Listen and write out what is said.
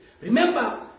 Remember